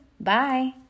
Bye